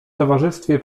towarzystwie